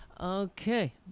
Okay